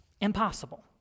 Impossible